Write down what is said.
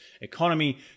economy